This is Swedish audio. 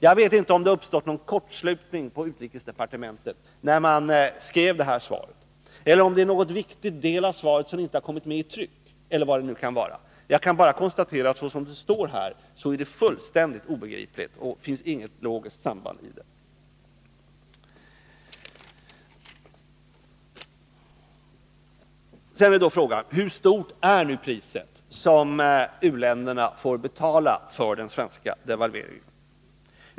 Jag vet inte om det har uppstått någon kortslutning på utrikesdepartementet när man skrev svaret, om någon viktig del av svaret inte har kommit med i tryck eller om något annat har hänt. Jag kan bara konstatera att svaret, så som det är formulerat här, är fullständigt obegripligt. Det finns inget logiskt samband. Sedan till frågan om hur högt det pris som u-länderna får betala för den svenska devalveringen är.